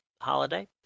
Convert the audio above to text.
holiday